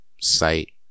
site